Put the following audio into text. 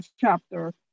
chapter